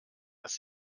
dass